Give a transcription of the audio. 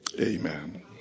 Amen